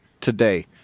today